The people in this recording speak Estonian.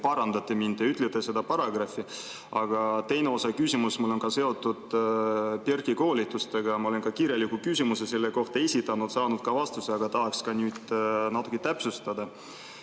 parandate mind ja ütlete selle paragrahvi? Aga teine osa küsimusest on mul seotud PERK-i koolitustega. Olen ka kirjaliku küsimuse selle kohta esitanud, saanud vastuse, aga tahaks nüüd natuke täpsustada.